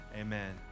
Amen